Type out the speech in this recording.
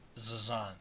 Zazan